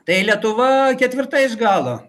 tai lietuva ketvirta iš galo